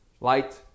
light